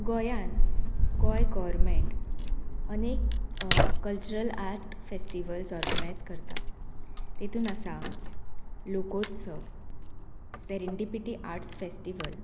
गोंयान गोंय गोवरमेंट अनेक cultural art festivals organise करता तेतून आसा लोकोत्सव सेरेंडिपिटी आर्ट्स फेस्टिवल